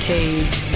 Cage